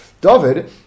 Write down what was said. David